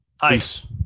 Peace